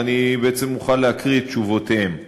ואני בעצם מוכן להקריא את תשובותיהם.